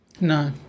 No